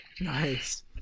Nice